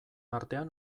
artean